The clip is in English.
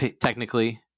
technically